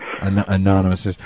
Anonymous